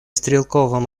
стрелковым